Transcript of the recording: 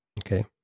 Okay